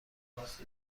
میخاستی